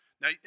Now